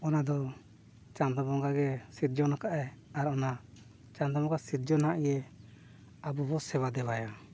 ᱚᱱᱟ ᱫᱚ ᱪᱟᱸᱫᱚ ᱵᱚᱸᱜᱟ ᱜᱮ ᱥᱤᱨᱡᱚᱱ ᱟᱠᱟᱫᱼᱟᱭ ᱟᱨ ᱚᱱᱟ ᱪᱟᱸᱫᱚ ᱵᱚᱸᱜᱟ ᱥᱤᱨᱡᱚᱱᱟᱜ ᱜᱮ ᱟᱵᱚ ᱵᱚᱱ ᱥᱮᱵᱟ ᱫᱮᱵᱟᱭᱟ